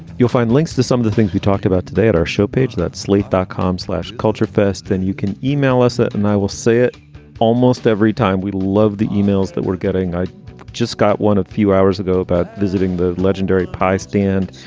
you'll find links to some of the things we talked about today at our show page, that slate dot com slash culture fest. then you can yeah e-mail us that. and i will say it almost every time we love the e-mails that we're getting. i just got one a few hours ago about visiting the legendary pie stand.